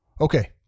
Okay